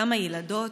כמה ילדות?